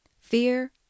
fear